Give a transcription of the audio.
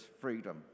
freedom